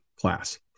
class